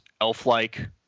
elf-like